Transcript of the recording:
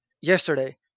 yesterday